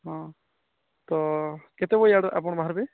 ହଁ ତ କେତବେଲେ ୟାଡ଼ୁ ଆପଣ ବାହାର୍ବେ